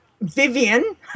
Vivian